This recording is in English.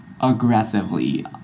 aggressively